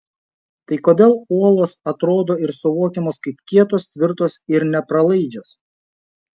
tai kodėl uolos atrodo ir suvokiamos kaip kietos tvirtos ir nepralaidžios